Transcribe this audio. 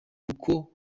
kuko